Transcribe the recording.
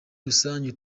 rusange